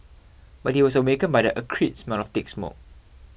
but he was awakened by the acrid smell of thick smoke